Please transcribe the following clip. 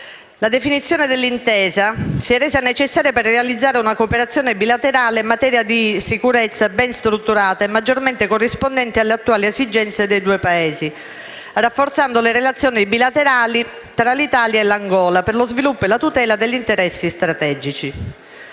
La definizione dell'Intesa si è resa necessaria per realizzare una cooperazione bilaterale in materia di sicurezza ben strutturata e maggiormente corrispondente alle attuali esigenze dei due Paesi, rafforzando le relazioni bilaterali tra l'Italia e l'Angola per lo sviluppo e la tutela di interessi strategici.